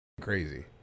crazy